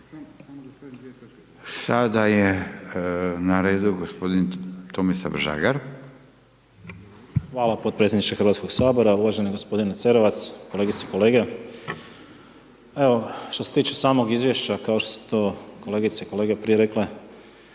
**Žagar, Tomislav (Nezavisni)** Hvala potpredsjedniče Hrvatskog sabora, uvaženi gospodine Cerovac kolegice i kolege, evo, što se tiče samog izvješća kao što su to kolegice i kolege prije rekle,